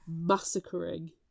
massacring